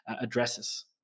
addresses